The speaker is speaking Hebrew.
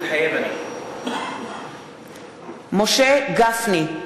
מתחייב אני משה גפני,